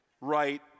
right